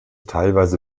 teilweise